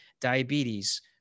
diabetes